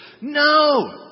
no